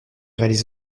réalise